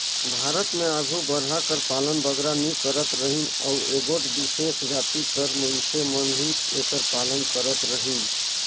भारत में आघु बरहा कर पालन बगरा नी करत रहिन अउ एगोट बिसेस जाति कर मइनसे मन ही एकर पालन करत रहिन